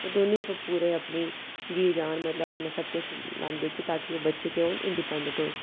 ओह् दौनीं उप्पर पूरा अपनी जी जान लांदे ताकि ओह् इंडिपैंडंट होन